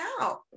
out